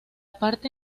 parte